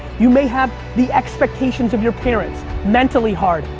you may have the expectations of your parents. mentally hard,